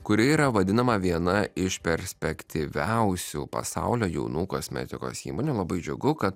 kuri yra vadinama viena iš perspektyviausių pasaulio jaunų kosmetikos įmonių labai džiugu kad